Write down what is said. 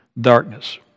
darkness